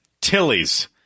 Tilly's